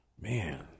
Man